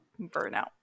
burnout